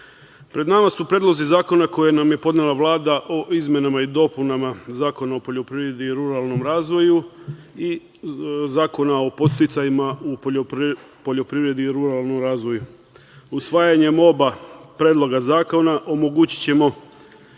pred nama su predlozi zakona koje nam je podnela Vlada o izmenama i dopunama Zakona o poljoprivredi i ruralnom razvoju i Zakon o podsticajima u poljoprivredi i ruralnom razvoju. Usvajanjem oba predloga zakona omogućićemo